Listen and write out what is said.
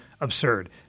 absurd